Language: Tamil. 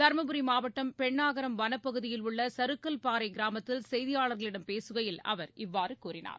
தருமபுரி மாவட்டம் பெண்ணாகரம் வனப்பகுதியில் உள்ள சருக்கல்பாறை கிராமத்தில் செய்தியாளர்களிடம் பேசுகையில் அவர் இவ்வாறு கூறினார்